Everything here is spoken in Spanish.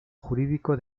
jurídico